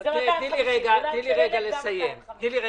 תני רגע לסיים.